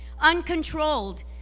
uncontrolled